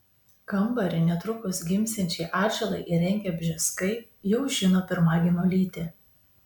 kambarį netrukus gimsiančiai atžalai įrengę bžeskai jau žino pirmagimio lytį